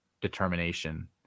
determination